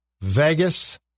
Vegas